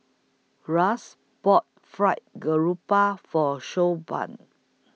Ras bought Fried Garoupa For Siobhan